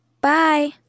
Bye